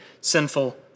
sinful